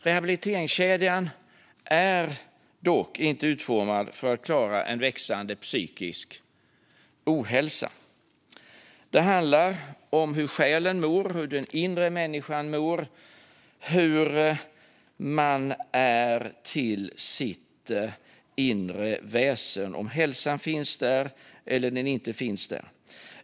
Rehabiliteringskedjan är dock inte utformad för att klara en växande psykisk ohälsa. Det handlar om hur själen och den inre människan mår, hur man är till sitt inre väsen - om hälsan finns där eller inte.